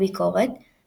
80 משחקים ב-10 בינואר